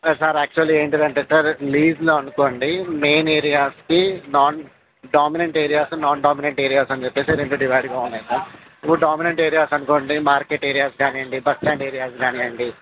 sir actually ఏంటిదంటే sir లీజులో అనుకోండి మెయిన్ ఏరియాస్కి non dominant areas non dominant areas అని చెప్పేసి రెండు డివైడ్గా ఉన్నాయి సార్ ఇప్పుడు డామినెంట్ ఏరియాస్ అనుకోండి మార్కెట్ ఏరియాస్ కానీయండి బస్ స్టాండ్ ఏరియాస్ కానీయండి లేకపోతే